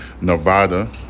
Nevada